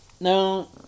no